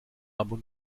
aber